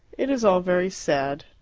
it is all very sad.